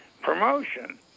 promotion